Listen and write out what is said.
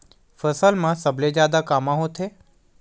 फसल मा सबले जादा कामा होथे?